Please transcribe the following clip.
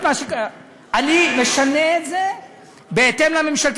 אני משנה את זה בהתאם לממשלתי,